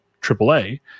triple-A